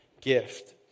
gift